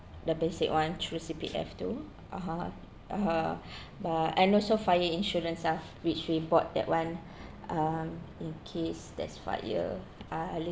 the basic one through C_P_F two (uh huh) (uh huh) but and also fire insurance stuff which we bought that one um in case there's fire